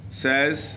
says